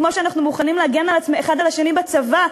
כמו שאנחנו מוכנים להגן האחד על השני בצבא,